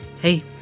Hey